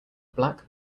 black